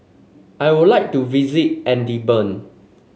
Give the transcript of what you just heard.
I would like to visit Edinburgh